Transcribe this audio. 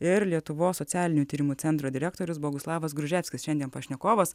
ir lietuvos socialinių tyrimų centro direktorius boguslavas gruževskis šiandien pašnekovas